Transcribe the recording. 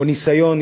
או ניסיון,